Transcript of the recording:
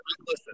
listen